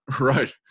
Right